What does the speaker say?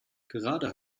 gerade